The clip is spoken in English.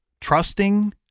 trusting